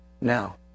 Now